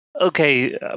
Okay